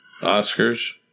Oscars